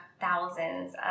thousands